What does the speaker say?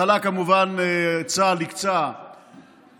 בהתחלה צה"ל כמובן הקצה חיילים